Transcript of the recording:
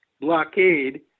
blockade